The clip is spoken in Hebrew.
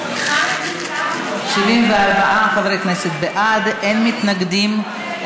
74 חברי כנסת בעד, אין מתנגדים.